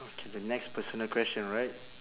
okay the next personal question alright